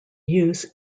use